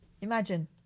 Imagine